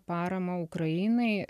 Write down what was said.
paramą ukrainai